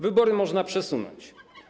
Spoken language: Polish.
Wybory można przesunąć.